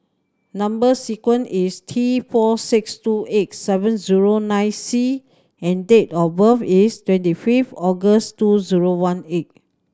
number sequence is T four six two eight seven zero nine C and date of birth is twenty fifth August two zero one eight